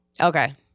okay